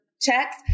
checks